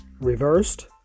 Reversed